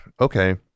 Okay